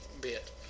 bit